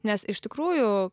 nes iš tikrųjų